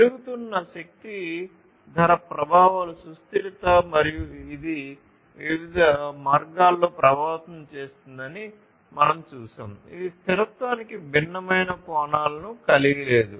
పెరుగుతున్న శక్తి ధర ప్రభావాలు సుస్థిరత మరియు ఇది వివిధ మార్గాల్లో ప్రభావితం చేస్తుందని మేము చూశాము ఇది స్థిరత్వానికి భిన్నమైన కోణాలను కలిగి లేదు